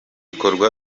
bikorwa